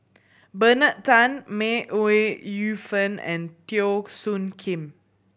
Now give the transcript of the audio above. Bernard Tan May Ooi Yu Fen and Teo Soon Kim